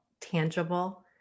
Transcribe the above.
tangible